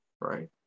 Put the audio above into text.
right